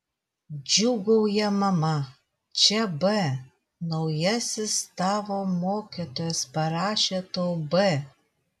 džiūgauja mama čia b naujasis tavo mokytojas parašė tau b